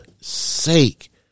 sake